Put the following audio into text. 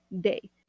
day